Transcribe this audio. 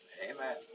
Amen